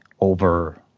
over